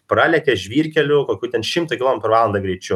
pralekia žvyrkeliu kokių ten šimto kilometrų per valandą greičiu